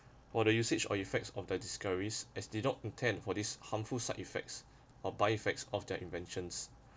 for the usage or effects of their discoveries as did not intend for this harmful side effects or by effects of their inventions